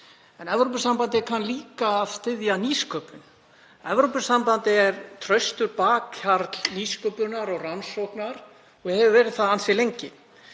En Evrópusambandið kann líka að styðja nýsköpun. Evrópusambandið er traustur bakhjarl nýsköpunar og rannsókna og hefur verið ansi lengi.